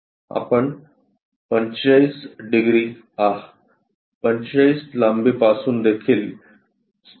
आपण 45 डिग्री आह 45 लांबी पासून देखील स्थितीत असू